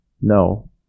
No